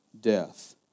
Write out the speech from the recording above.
death